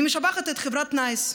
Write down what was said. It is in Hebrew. אני משבחת את חברת נייס,